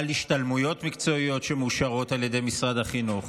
על השתלמויות מקצועיות שמאושרות על ידי משרד החינוך.